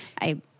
I-